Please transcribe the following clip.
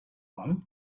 one